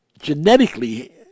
genetically